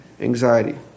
anxiety